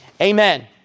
Amen